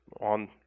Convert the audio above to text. on